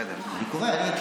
בסדר, אני קורא.